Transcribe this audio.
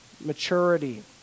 maturity